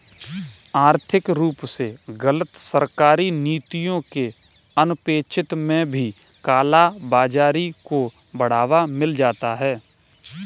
आर्थिक रूप से गलत सरकारी नीतियों के अनपेक्षित में भी काला बाजारी को बढ़ावा मिलता है